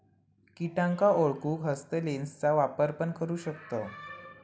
किटांका ओळखूक हस्तलेंसचा वापर पण करू शकताव